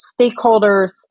stakeholders